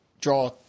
draw